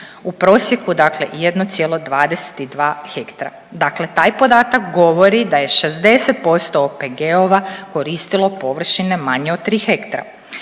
u prosjeku dakle 1,22 hektra. Dakle, taj podatak govori da je 60% OPG-ova koristilo površine manje od tri hektra.